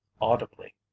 audibly